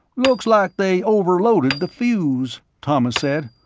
looks like they overloaded the fuse, thomas said.